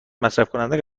مصرفکننده